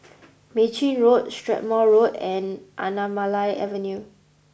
Mei Chin Road Strathmore Road and Anamalai Avenue